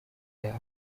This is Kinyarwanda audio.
yabo